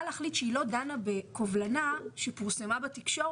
להחליט שהיא לא דנה בקובלנה שפורסמה בתקשורת